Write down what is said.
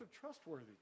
trustworthy